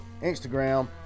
Instagram